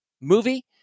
movie